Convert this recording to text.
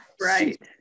right